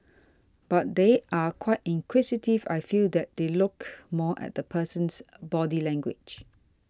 but they are quite inquisitive I feel that they look more at the person's body language